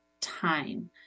time